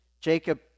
Jacob